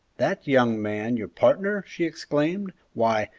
that young man your partner! she exclaimed why,